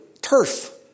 turf